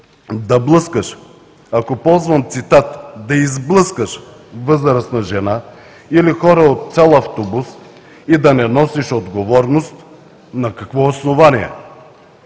да блъскаш, а ако използвам цитат: „да изблъскаш“, възрастна жена или хора от цял автобус и да не носиш отговорност, на какво основание